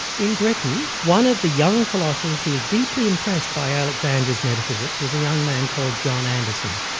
in britain, one of the young philosophers who was deeply impressed by alexander's metaphysics was a young man called john anderson,